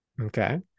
Okay